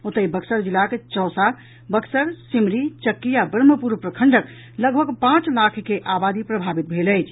ओतहि बक्सर जिलाक चौसा बक्सर सिमरी चक्की आ ब्रह्मपुर प्रखंडक लगभग पांच लाख के आबादी प्रभावित भेल अछि